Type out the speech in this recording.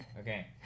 Okay